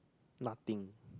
nothing